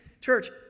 church